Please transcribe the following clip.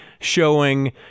showing